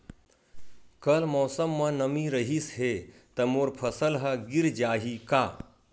कल मौसम म नमी रहिस हे त मोर फसल ह गिर जाही का?